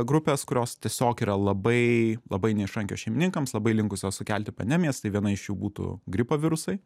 grupės kurios tiesiog yra labai labai neišrankios šeimininkams labai linkusios sukelti pandemijas tai viena iš jų būtų gripo virusai